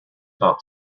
not